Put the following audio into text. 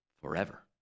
forever